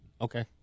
Okay